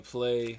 Play